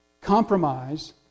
compromise